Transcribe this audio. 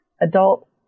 adult